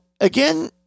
again